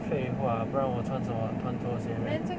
废话不然我穿什么穿拖鞋 meh